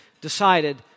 decided